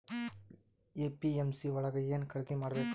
APMC ಯೊಳಗ ಏನ್ ಖರೀದಿದ ಮಾಡ್ಬೇಕು?